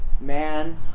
Man